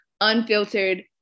unfiltered